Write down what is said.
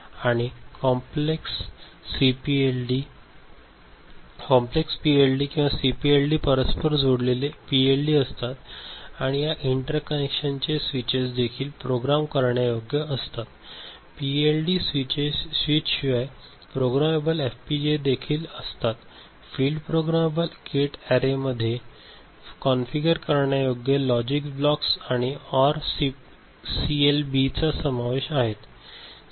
आणि complex PLD किंवा सीपीएलडीमध्ये परस्पर जोडलेले पीएलडी असतात आणि या इंटरकनेक्शन्सचे स्विचेस देखील प्रोग्राम करण्यायोग्य असतात पीएलडी स्विचशिवाय प्रोग्रामेबल एफपीजीए देखील असतात फील्ड प्रोग्रामेबल गेट अॅरेमध्ये कॉन्फिगर करण्यायोग्य लॉजिक ब्लॉक आणि ऑर सीएलबीचा समावेश आहे